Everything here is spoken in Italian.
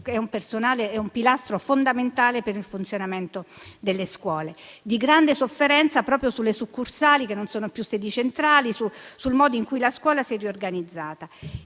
è un pilastro fondamentale per il funzionamento delle scuole: c'è grande sofferenza proprio sulle succursali, che non sono più sedi centrali, e sul modo in cui la scuola si è riorganizzata.